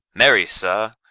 marry, sir,